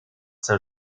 saint